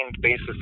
basis